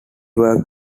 worked